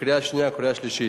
לקריאה השנייה ולקריאה השלישית.